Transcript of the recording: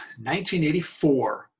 1984